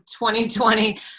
2020